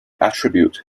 attribute